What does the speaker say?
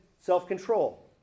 self-control